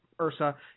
URSA